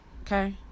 Okay